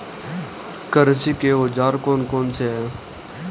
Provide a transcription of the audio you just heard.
कृषि के औजार कौन कौन से हैं?